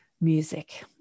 music